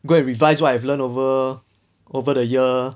go and revise what I've learnt over over the year